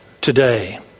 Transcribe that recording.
today